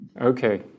Okay